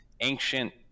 ancient